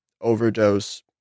overdose